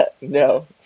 No